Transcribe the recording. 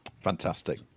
Fantastic